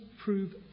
prove